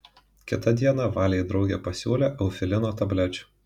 kitą dieną valei draugė pasiūlė eufilino tablečių